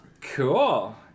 Cool